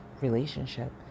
relationship